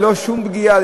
ללא שום פגיעה,